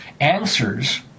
answers